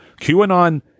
QAnon